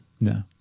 No